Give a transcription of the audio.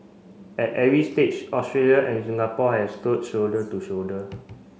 at every stage Australia and Singapore have stood shoulder to shoulder